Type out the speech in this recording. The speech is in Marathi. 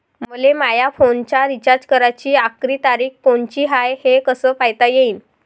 मले माया फोनचा रिचार्ज कराची आखरी तारीख कोनची हाय, हे कस पायता येईन?